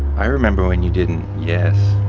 i remember when you didn't yes.